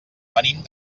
venim